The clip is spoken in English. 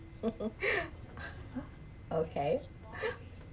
okay